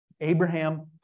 Abraham